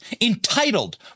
entitled